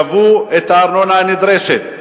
גבו את הארנונה הנדרשת,